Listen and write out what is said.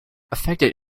affected